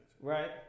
Right